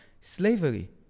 slavery